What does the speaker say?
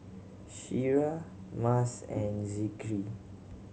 Syirah Mas and Zikri